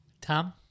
Tom